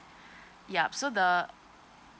yup so the